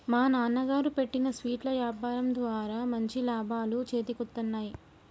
మా నాన్నగారు పెట్టిన స్వీట్ల యాపారం ద్వారా మంచి లాభాలు చేతికొత్తన్నయ్